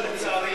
לצערי.